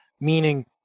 meaning